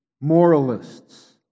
moralists